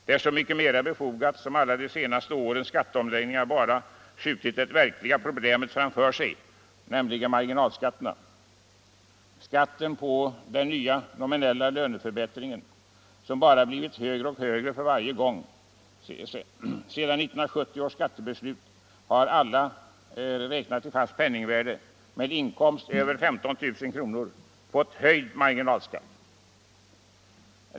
Det är så mycket mera befogat som alla de senaste årens skatteomläggningar bara skjutit det verkliga problemet framför sig, nämligen marginalskatterna på den nya nominella löneförbättringen, skatter som bara blivit högre och högre för varje gång. Sedan 1970 års skattebeslut har alla med inkomst över 15 000 kr. fått höjd marginalskatt räknat i fast penningvärde.